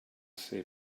ser